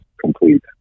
complete